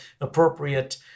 appropriate